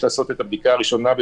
לעשות בשדה התעופה את הבדיקה הראשונה,